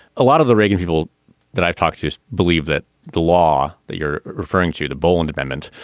a lot of the reagan people that i've talked to believe that the law that you're referring to, the bowl independent,